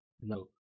No